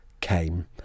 came